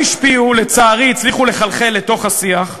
הם גם השפיעו, לצערי, הצליחו לחלחל לתוך השיח,